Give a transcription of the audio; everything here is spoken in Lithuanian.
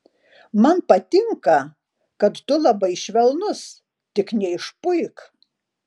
man patinka kad tu labai švelnus tik neišpuik